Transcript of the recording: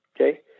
okay